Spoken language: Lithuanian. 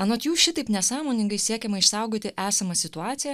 anot jų šitaip nesąmoningai siekiama išsaugoti esamą situaciją